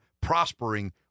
prospering